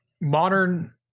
modern